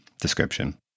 description